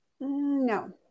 no